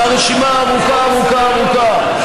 והרשימה ארוכה, ארוכה, ארוכה.